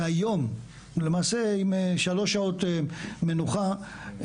והיום עם שלוש שעות מנוחה,